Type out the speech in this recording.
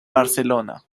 barcelona